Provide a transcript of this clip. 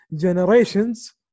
generations